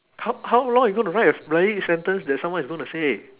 how how long you going to write a bloody sentence that someone is going to say